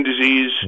disease